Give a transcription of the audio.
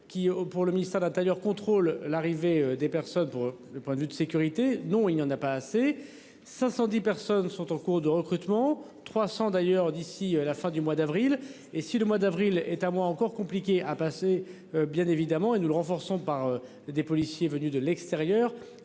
qui, pour le ministère de l'Intérieur contrôle l'arrivée des personnes pour le point de vue de sécurité non il n'y en a pas assez. 510 personnes sont en cours de recrutement, 300 d'ailleurs d'ici la fin du mois d'avril. Et si le mois d'avril est un mois encore compliqué à passer bien évidemment et nous le renforçons par des policiers venus de l'extérieur